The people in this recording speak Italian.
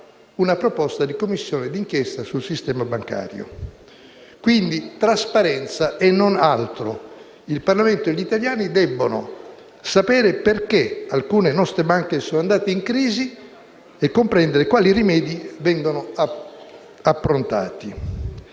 una proposta di Commissione d'inchiesta sul sistema bancario. Chiediamo, quindi, trasparenza e non altro. Il Parlamento e gli italiani debbono sapere perché alcune nostre banche sono andate in crisi e comprendere quali rimedi vengono approntati.